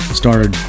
started